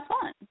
fun